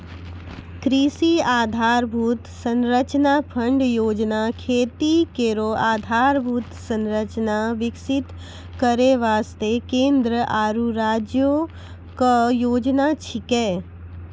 कृषि आधारभूत संरचना फंड योजना खेती केरो आधारभूत संरचना विकसित करै वास्ते केंद्र आरु राज्यो क योजना छिकै